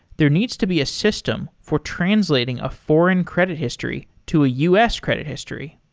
there needs to be a system for translating a foreign credit history to a us credit history.